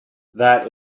that